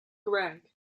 greg